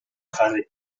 jarri